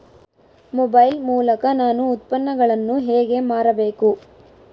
Mobile ಮೂಲಕ ನಾನು ಉತ್ಪನ್ನಗಳನ್ನು ಹೇಗೆ ಮಾರಬೇಕು?